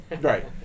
Right